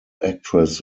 actress